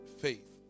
faith